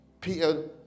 Peter